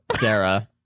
Dara